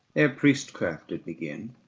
ere priestcraft did begin,